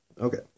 okay